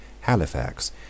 Halifax